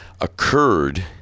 occurred